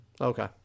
okay